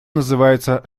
называется